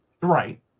Right